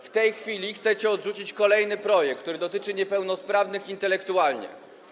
W tej chwili chcecie odrzucić kolejny projekt, który dotyczy niepełnosprawnych intelektualnie.